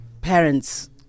parents